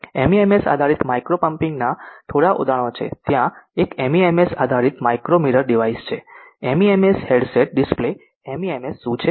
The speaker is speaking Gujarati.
એમઇએમએસ આધારિત માઇક્રો પમ્પના થોડા ઉદાહરણો છે ત્યાં એક એમઇએમએસ આધારિત માઇક્રો મિરર ડિવાઇસ છે એમઇએમએસ હેડસેટ ડિસ્પ્લે એમઇએમએસ શું છે